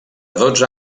dotze